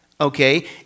okay